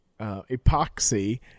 epoxy